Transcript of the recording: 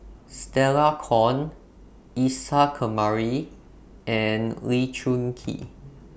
Stella Kon Isa Kamari and Lee Choon Kee